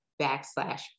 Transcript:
backslash